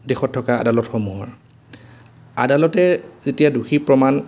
দেশত থকা আদালতসমূহৰ আদালতে যেতিয়া দোষী প্ৰমাণ